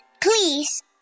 please